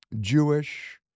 Jewish